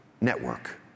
network